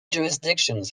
jurisdictions